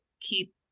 keep